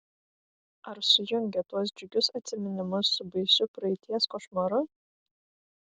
ar sujungė tuos džiugius atsiminimus su baisiu praeities košmaru